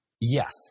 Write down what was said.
Yes